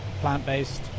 plant-based